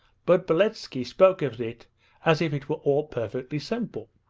but beletski spoke of it as if it were all perfectly simple.